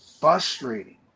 frustrating